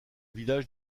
village